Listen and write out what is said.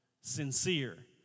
sincere